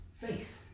faith